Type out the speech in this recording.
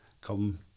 come